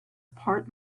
part